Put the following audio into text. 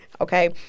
okay